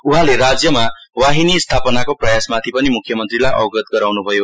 उहाँले राज्यमा वाहिनी स्थापनाको प्रयासमाथि पनि मुख्यमन्त्रीलाई अवगत गराउनुभयो